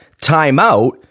timeout